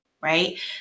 right